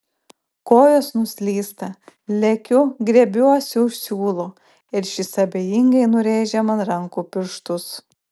kojos nuslysta lekiu griebiuosi už siūlo ir šis abejingai nurėžia man rankų pirštus